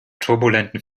turbulenten